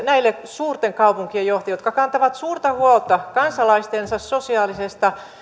näille suurten kaupunkien johtajille jotka kantavat suurta huolta kansalaistensa sosiaalisesta